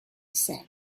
said